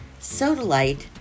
sodalite